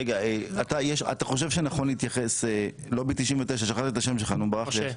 רגע, לובי 99, משה,